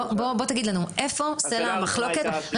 היכן סלע המחלוקת.